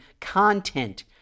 content